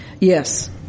Yes